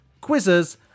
quizzes